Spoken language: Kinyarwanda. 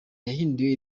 yahinduye